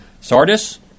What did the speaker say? Sardis